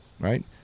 right